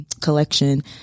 collection